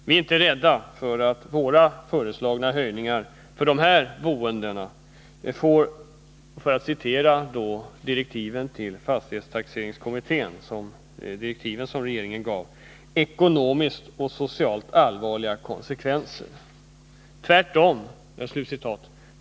Vi är inte rädda för att våra föreslagna höjningar får, för att citera regeringens direktiv till fastighetstaxeringskommittén, ”ekonomiskt och socialt allvarliga konsekvenser” för de boende i dessa villor.